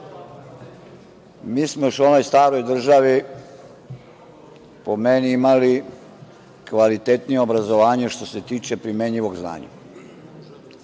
mi smo još u onoj staroj državi, po meni, imali kvalitetnije obrazovanje, što se tiče primenjivog znanja.U